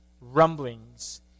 rumblings